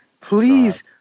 please